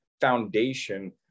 foundation